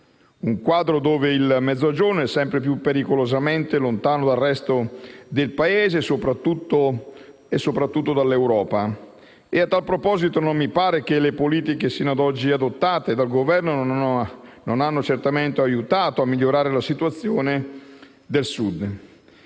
un quadro in cui il Mezzogiorno è sempre più pericolosamente lontano dal resto del Paese e soprattutto dall'Europa. A tal proposito le politiche sino ad oggi adottate dal Governo non hanno certamente aiutato a migliorare la situazione del Sud,